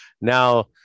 now